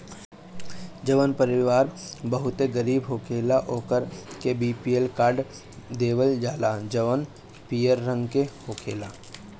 जवन परिवार बहुते गरीब होखेला ओकरा के बी.पी.एल कार्ड देवल जाला जवन पियर रंग के होखेला